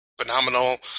phenomenal